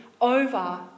over